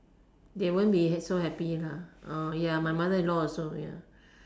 they won't be so happy lah ah ya my mother in law also ya